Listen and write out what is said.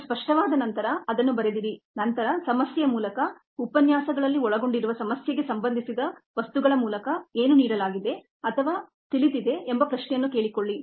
ಅದು ಸ್ಪಷ್ಟವಾದ ನಂತರ ಅದನ್ನು ಬರೆದಿಡಿನಂತರ ಸಮಸ್ಯೆಯ ಮೂಲಕ ಉಪನ್ಯಾಸಗಳಲ್ಲಿ ಒಳಗೊಂಡಿರುವ ಸಮಸ್ಯೆಗೆ ಸಂಬಂಧಿಸಿದ ವಸ್ತುಗಳ ಮೂಲಕ ಏನು ನೀಡಲಾಗಿದೆ ಅಥವಾ ತಿಳಿದಿದೆ ಎಂಬ ಪ್ರಶ್ನೆಯನ್ನು ಕೇಳಿಕೊಳ್ಳಿ